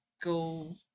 go